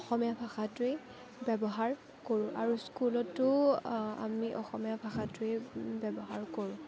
অসমীয়া ভাষাটোৱেই আমি ব্যৱহাৰ কৰোঁ আৰু স্কুলতো আমি অসমীয়া ভাষাটোৱেই ব্যৱহাৰ কৰোঁ